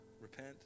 repent